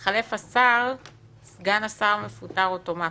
אבל לא היה שום מתח מיותר ולא היה שם שום משא ומתן.